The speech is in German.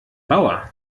bauer